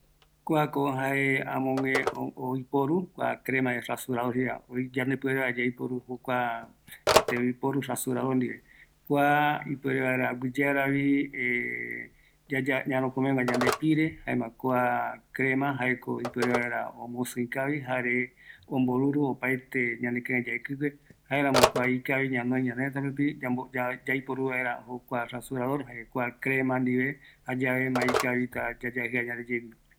Kua jae ou yaiporu vaera rasurador ndive, kuako jabon rämi, jukurai yambo tɨtrɨyɨi, jare oyajɨa kavi vaera yande ra reta, jare aguiyeara ñarokomegua yande pire